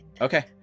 Okay